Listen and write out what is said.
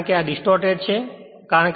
કારણ કે આ ડિસટોરટેડછે